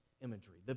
imagery